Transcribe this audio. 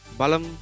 balam